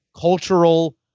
cultural